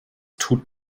tut